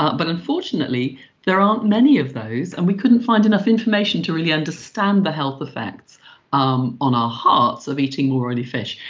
but unfortunately there aren't many of those and we couldn't find enough information to really understand the health effects um on our hearts of eating more oily fish.